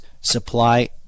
supply